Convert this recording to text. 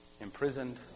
imprisoned